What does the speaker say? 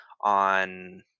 on